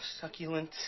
succulent